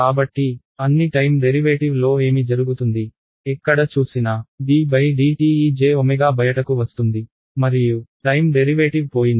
కాబట్టి అన్ని time derivative లో ఏమి జరుగుతుంది ఎక్కడ చూసినా ddt ఈ j బయటకు వస్తుంది మరియు టైమ్ డెరివేటివ్ పోయింది